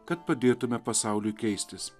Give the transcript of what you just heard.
kad padėtume pasauliui keistis